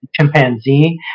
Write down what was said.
chimpanzee